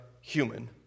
human